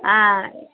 ಹಾಂ